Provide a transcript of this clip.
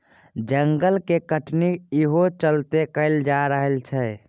जंगल के कटनी इहो चलते कएल जा रहल छै